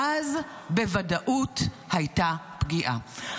"אז בוודאות הייתה פגיעה".